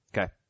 Okay